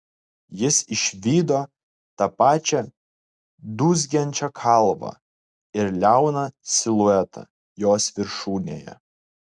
jis išvydo tą pačią dūzgiančią kalvą ir liauną siluetą jos viršūnėje